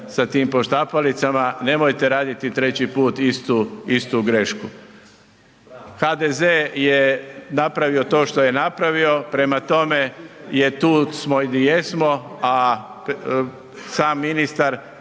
sa tim poštapalicama. Nemojte raditi treći put istu grešku. HDZ je napravio to što je napravio, prema tome, jer tu smo gdje jesmo a sam ministar